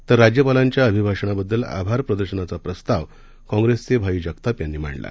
तर राज्यपालांच्या अभिभाषणाबद्दल आभार प्रदर्शनाचा प्रस्ताव काँप्रेसचे भाई जगताप यांनी मांडला